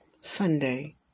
Sunday